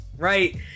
Right